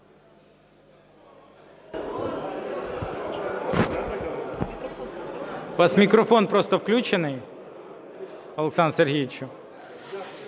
У вас мікрофон просто включений, Олександре Сергійовичу.